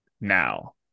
Now